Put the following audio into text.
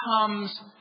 comes